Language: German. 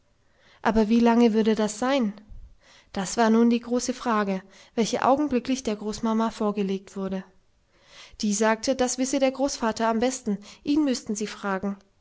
aber wie lange würde das sein das war nun die große frage welche augenblicklich der großmama vorgelegt wurde die sagte das wisse der großvater am besten ihn müßten sie fragen